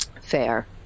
Fair